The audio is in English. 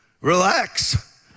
Relax